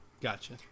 Gotcha